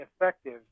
effective